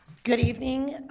good evening,